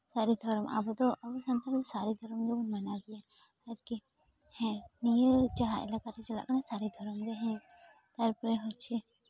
ᱥᱟᱹᱨᱤ ᱫᱷᱚᱨᱚᱢ ᱟᱵᱚ ᱫᱚ ᱟᱵᱚ ᱥᱟᱱᱛᱟᱲ ᱫᱚ ᱥᱟᱹᱨᱤ ᱫᱷᱚᱨᱚᱢ ᱜᱮᱵᱚᱱ ᱢᱟᱱᱟᱣ ᱜᱮᱭᱟ ᱦᱮᱸ ᱱᱤᱭᱟᱹ ᱡᱟᱦᱟᱸ ᱮᱞᱠᱟᱨᱮ ᱪᱟᱞᱟᱜ ᱠᱟᱱᱟ ᱥᱟᱹᱨᱤ ᱫᱷᱚᱨᱚᱢ ᱜᱮ ᱛᱟᱨᱯᱚᱨᱮ ᱦᱚᱪᱪᱷᱮ